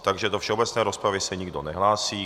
Takže do všeobecné rozpravy se nikdo nehlásí.